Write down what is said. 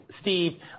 Steve